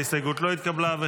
ההסתייגות לא התקבלה.